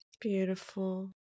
beautiful